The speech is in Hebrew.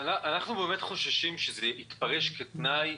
אנחנו חוששים שזה יתפרש כתנאי.